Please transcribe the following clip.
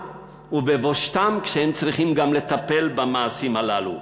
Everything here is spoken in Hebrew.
ובבושתם כשהם צריכים גם לטפל במעשים הללו.